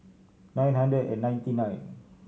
nine hundred and ninety nine